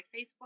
Facebook